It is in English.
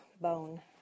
bone